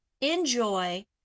enjoy